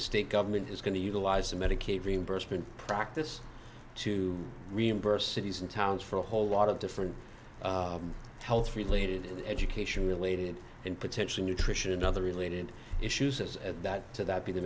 the state government is going to utilize the medicaid reimbursement practice to reimburse cities and towns for a whole lot of different health related education related and potentially nutrition and other related issues as at that to that be the